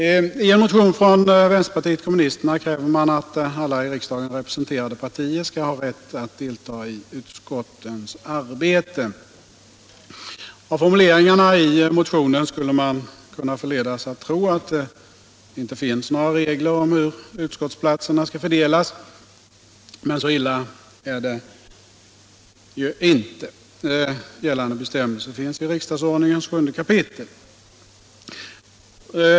I en motion från vänsterpartiet kommunisterna kräver motionärerna att alla i riksdagen representerade partier skall ha rätt att delta i utskottens arbete. Av formuleringarna i motionen skulle man kunna förledas att tro att det inte finns några regler om hur utskottsplatserna skall fördelas, men så illa är det ju inte. Gällande bestämmelser finns i riksdagsordningens 7 kap.